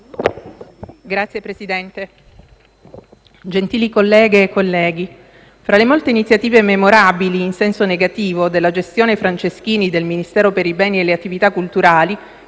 Signor Presidente, gentili colleghe e colleghi, fra le molte iniziative memorabili, in senso negativo, della gestione Franceschini del Ministero per i beni e le attività culturali,